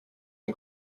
and